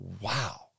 wow